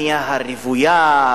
הבנייה הרוויה,